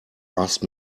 asked